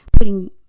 putting